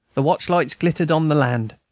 the watch-lights glittered on the land,